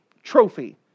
trophy